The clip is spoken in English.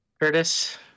Curtis